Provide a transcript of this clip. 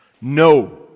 No